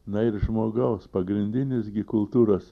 na ir žmogaus pagrindinis gi kultūros